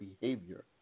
behavior